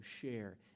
share